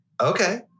okay